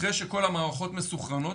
אחרי שכל המערכות מסונכרנות,